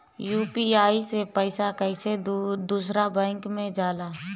UPI से पैसा कैसे दूसरा बैंक मे जाला?